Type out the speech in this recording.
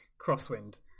Crosswind